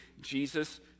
Jesus